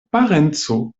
parenco